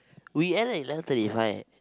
we end at eleven thirty five eh